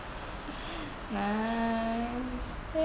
nice